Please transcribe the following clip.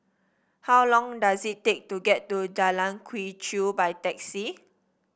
how long does it take to get to Jalan Quee Chew by taxi